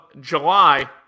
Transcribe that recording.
July